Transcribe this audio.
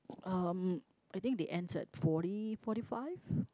uh I think it ends at forty forty five